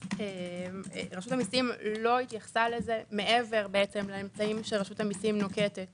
רשות המיסים לא התייחסה לזה מעבר לאמצעים שרשות המיסים נוקטת